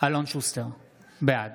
אלון שוסטר, בעד